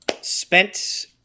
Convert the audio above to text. spent